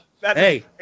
Hey